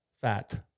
fat